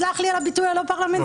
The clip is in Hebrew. סלח לי על הביטוי הלא פרלמנטרי.